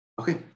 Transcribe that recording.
Okay